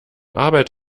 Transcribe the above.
arbeit